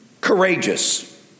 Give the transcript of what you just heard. courageous